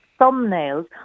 thumbnails